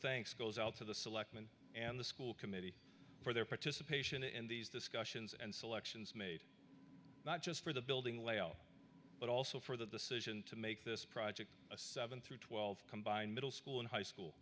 thanks goes out to the selectmen and the school committee for their participation in these discussions and selections made not just for the building layout but also for the solution to make this project a seven through twelve combine middle school and high school